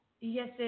Yes